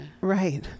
right